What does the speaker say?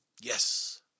Yes